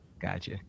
Gotcha